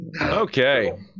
Okay